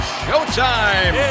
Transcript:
showtime